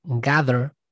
gather